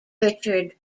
richard